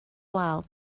wal